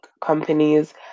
companies